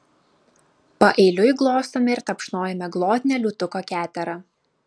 paeiliui glostome ir tapšnojame glotnią liūtuko keterą